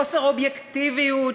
חוסר אובייקטיביות,